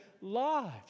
lives